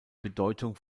bedeutung